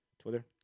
Twitter